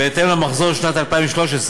בהתאם למחזור שנת 2013,